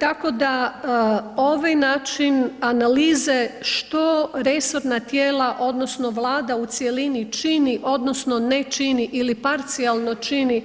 Tako da ovaj način analize što resorna tijela odnosno Vlada u cjelini čini odnosno ne čini ili parcijalno čini